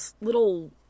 little